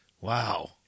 Wow